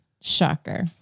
Shocker